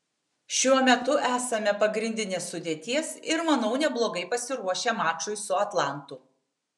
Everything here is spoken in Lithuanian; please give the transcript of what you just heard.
šiuo metu esame pagrindinės sudėties ir manau neblogai pasiruošę mačui su atlantu